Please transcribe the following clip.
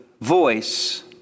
voice